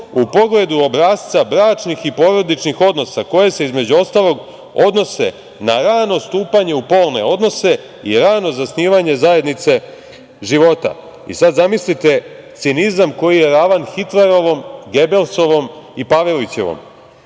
u pogledu obrasca bračnih i porodičnih odnosa, koje se, između ostalog, odnose na rano stupanje u polne odnose i rano zasnivanje zajednice života."Zamislite cinizam koji je ravan Hitlerovom, Gebelsovom i Pavelićevom,